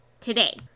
today